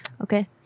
Okay